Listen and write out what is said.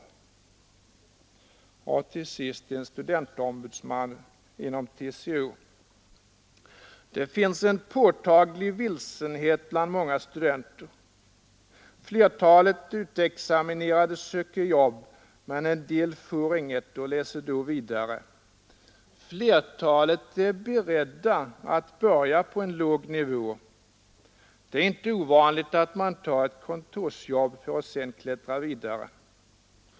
Till sist vill jag citera ett uttalande av en studentombudsman i TCO: ”Det finns en påtaglig vilsenhet bland många studenter. Flertalet utexaminerade söker jobb, men en del får inget och läser då vidare. Flertalet är beredda att börja på en låg nivå. Det är inte ovanligt att man tar ett kontorsjobb för att sedan klättra vidare.